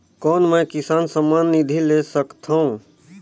कौन मै किसान सम्मान निधि ले सकथौं?